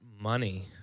money